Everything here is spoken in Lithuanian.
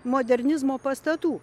modernizmo pastatų